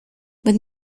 but